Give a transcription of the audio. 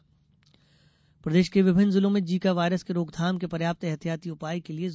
Zika virus प्रदेश के विभिन्न जिलों में जीका वायरस के रोकथाम के पर्याप्त ऐहतियाती उपाय किये गये हैं